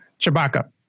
Chewbacca